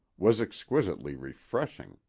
was exquisitely refreshing.